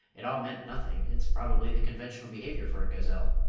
it all meant nothing it's probably the conventional behaviour for a gazelle,